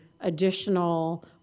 additional